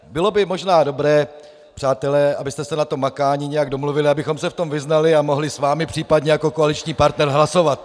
Bylo by možná dobré, přátelé, abyste se na tom makání nějak domluvili, abychom se v tom vyznali a mohli s vámi případně jako koaliční partner hlasovat.